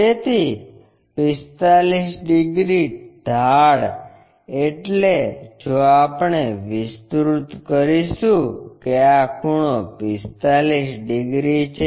તેથી 45 ડિગ્રી ઢાળ એટલે જો આપણે વિસ્તૃત કરીશું કે આ ખૂણો 45 ડિગ્રી છે